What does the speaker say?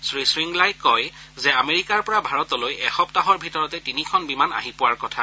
শ্ৰীশংগলাই কয় যে আমেৰিকাৰ পৰা ভাৰতলৈ এসপ্তাহৰ ভিতৰতে তিনিখন বিমান আহি পোৱাৰ কথা